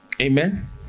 Amen